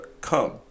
come